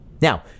Now